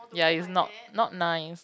ya is not not nice